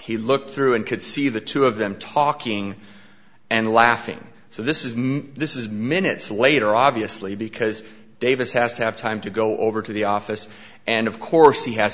he looked through and could see the two of them talking and laughing so this is now this is minutes later obviously because davis has to have time to go over to the office and of course he has